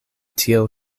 tiel